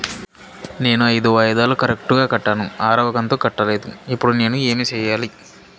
నేను ఐదు వాయిదాలు కరెక్టు గా కట్టాను, ఆరవ కంతు కట్టలేదు, ఇప్పుడు నేను ఏమి సెయ్యాలి?